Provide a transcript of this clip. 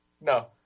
No